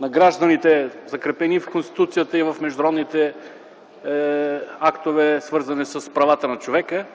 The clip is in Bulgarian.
на гражданите, закрепени и в Конституцията, и в международните актове, свързани с правата на човека.